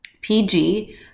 pg